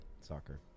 soccer